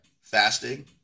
fasting